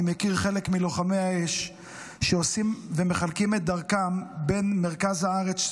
אני מכיר חלק מלוחמי האש שעושים ומחלקים את דרכם בין מרכז הארץ,